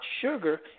sugar